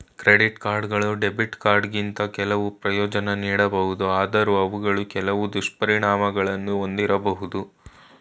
credit ಕಾರ್ಡ್ಗಳು debit ಕಾರ್ಡ್ಗಿಂತ ಕೆಲವು ಪ್ರಯೋಜ್ನ ನೀಡಬಹುದು ಆದ್ರೂ ಅವುಗಳು ಕೆಲವು ದುಷ್ಪರಿಣಾಮಗಳನ್ನು ಒಂದಿರಬಹುದು